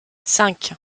cinq